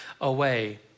away